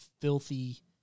filthy